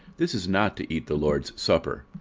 this is not to eat the lord's supper.